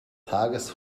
tages